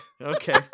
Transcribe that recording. okay